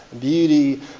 Beauty